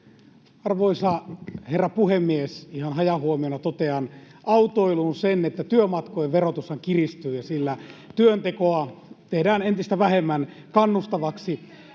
Arvoisa herra puhemies! Ihan hajahuomiona totean autoiluun sen, että työmatkojen verotushan kiristyy ja sillä työntekoa tehdään entistä vähemmän kannustavaksi.